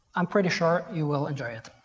i'm pretty sure you will enjoy it.